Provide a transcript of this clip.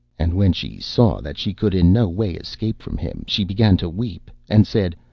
and when she saw that she could in no way escape from him, she began to weep, and said,